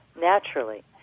naturally